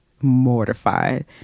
mortified